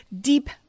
deep